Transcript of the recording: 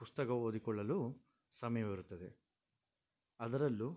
ಪುಸ್ತಕ ಓದಿಕೊಳ್ಳಲು ಸಮಯವಿರುತ್ತದೆ ಅದರಲ್ಲು